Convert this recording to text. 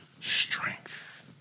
strength